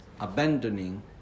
abandoning